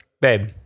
babe